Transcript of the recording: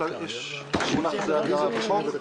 מונח לזה הגדרה בחוק.